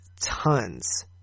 tons